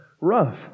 rough